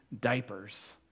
Diapers